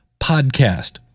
podcast